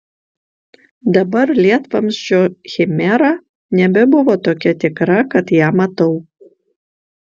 dabar lietvamzdžio chimera nebebuvo tokia tikra kad ją matau